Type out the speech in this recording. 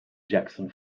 jackson